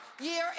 Year